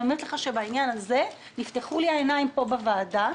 אני אומרת לך שבעניין הזה נפתחו לי העיניים פה בוועדה.